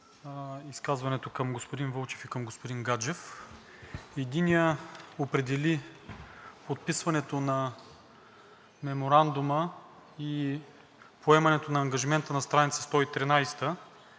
изказването към господин Вълчев и към господин Гаджев. Единият определи подписването на Меморандума и поемането на ангажимент на страница 113